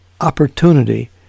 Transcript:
opportunity